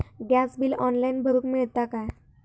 Gas bill online भरुक मिळता काय?